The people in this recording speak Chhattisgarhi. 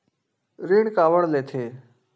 ऋण काबर लेथे?